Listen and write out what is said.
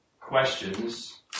questions